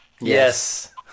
Yes